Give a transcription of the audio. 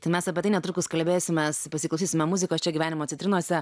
tai mes apie tai netrukus kalbėsimės pasiklausysime muzikos čia gyvenimo citrinose